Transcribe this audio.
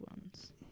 ones